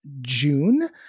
June